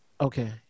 Okay